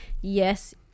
yes